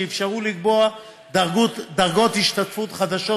שיאפשרו לקבוע דרגות השתתפות חדשות